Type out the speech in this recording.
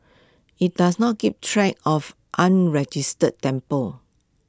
IT does not keep track of unregistered temples